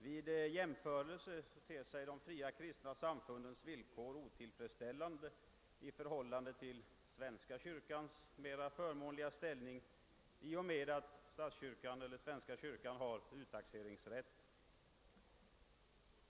Vid en jämförelse ter sig de fria kristna samfundens villkor otillfredsställande i förhållande till svenska kyrkans mera förmånliga ställning i och med att den har uttaxeringsrätt.